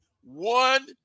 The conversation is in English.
One